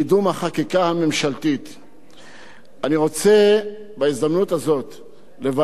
אני רוצה בהזדמנות הזאת לברך את חברי חבר הכנסת אמנון כהן,